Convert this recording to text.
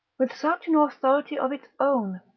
with such an authority of its own,